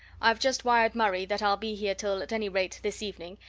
i've just wired murray that i'll be here till at any rate this evening,